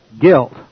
guilt